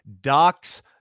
Docs